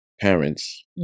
parents